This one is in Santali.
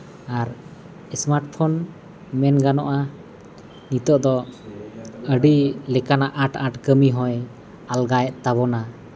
ᱟᱨ ᱮᱥᱢᱟᱴ ᱯᱷᱳᱱ ᱢᱮᱱ ᱜᱟᱱᱚᱜᱼᱟ ᱱᱤᱛᱳᱜ ᱫᱚ ᱟᱹᱰᱤ ᱞᱮᱠᱟᱱᱟᱜ ᱟᱸᱴᱼᱟᱸᱴ ᱠᱟᱹᱢᱤ ᱦᱚᱸᱭ ᱟᱞᱜᱟᱭᱮᱫ ᱛᱟᱵᱚᱱᱟ